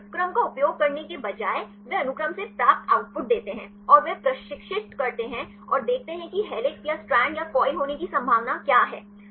अनुक्रम का उपयोग करने के बजाय वे अनुक्रम से प्राप्त आउटपुट देते हैं और वे प्रशिक्षित करते हैं और देखते हैं कि हेलिक्स या स्ट्रैंड या कॉइल होने की संभावना क्या है